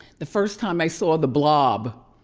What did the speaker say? the first time i saw the blob